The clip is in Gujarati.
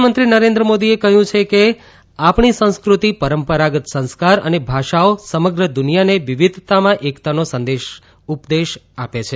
પ્રધાનમંત્રી નરેન્દ્ર મોદીએ કહ્યું છે કે આપણી સંસ્કૃતિ પરંપરાગત સંસ્કાર અને ભાષાઓ સમગ્ર દુનિયાને વિવિધતામાં એકતાનો સંદેશ ઉપદેશે છે